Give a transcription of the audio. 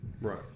Right